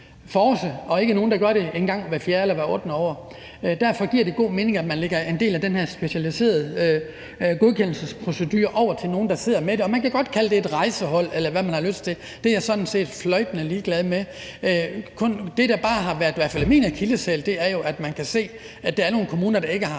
force, og ikke nogen, der gør det en gang hver fjerde eller ottende år. Derfor giver det god mening, at man lægger en del af den her specialiserede godkendelsesprocedure over til nogen, der sidder med det. Man godt kalde det et rejsehold, eller hvad man har lyst til – det er jeg sådan set fløjtende ligeglad med. Det, der bare har været en akilleshæl, i hvert fald efter min mening, er jo, at man kan se, at der er nogle kommuner, der ikke har